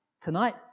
tonight